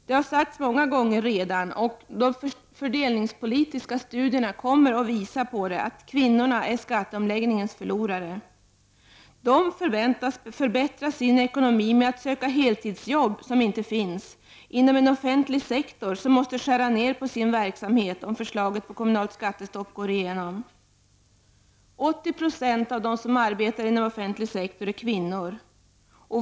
Det har sagts många gånger redan och de fördelningspolitiska studierna kommer att visa det, att kvinnorna är skatteomläggningens förlorare. De förväntas förbättra sin ekonomi med att söka heltidsjobb, som inte finns, inom en offentlig sektor som måste skära ner på sin verksamhet om förslaget om kommunalt skattestopp går igenom. 80 20 av dem som arbetar inom den offentliga sektorn är kvinnor.